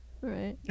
Right